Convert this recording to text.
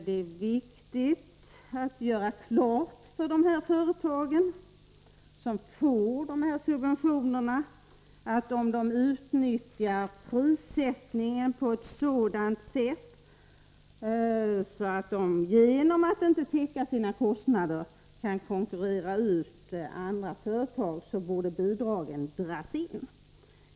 Det är viktigt att göra klart för de företag som får dessa subventioner, att om de utnyttjar prissättningen på ett sådant sätt att de genom att inte täcka sina kostnader kan konkurrera ut andra företag borde bidragen dras in.